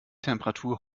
temperatur